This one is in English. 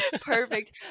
perfect